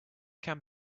can